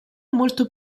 molto